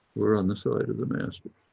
we're on the side of the master,